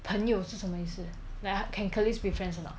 朋友是什么意思 like can colleagues be friends or not